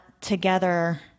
together